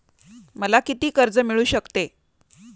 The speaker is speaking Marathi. मला किती कर्ज मिळू शकते?